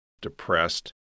depressed